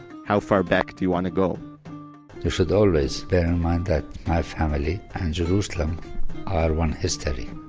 how far back do you want to go? you should always bear in mind that my family and jerusalem are one history.